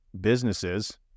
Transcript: businesses